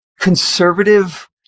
conservative